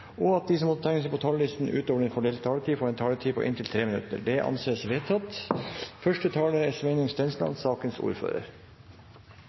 og at de som måtte tegne seg på talerlisten utover den fordelte taletid, får en taletid på inntil 3 minutter. – Det anses vedtatt.